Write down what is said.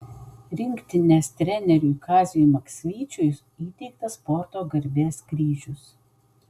rinktinės treneriui kaziui maksvyčiui įteiktas sporto garbės kryžius